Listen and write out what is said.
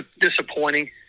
disappointing